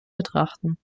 betrachten